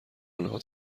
انها